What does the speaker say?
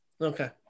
Okay